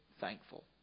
thankful